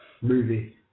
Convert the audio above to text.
movie